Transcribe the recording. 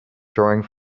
drawing